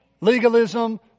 legalism